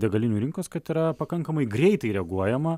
degalinių rinkos kad yra pakankamai greitai reaguojama